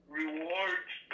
rewards